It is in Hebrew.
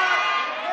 מה,